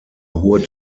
hohe